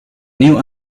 new